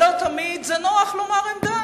לא תמיד זה נוח לומר עמדה.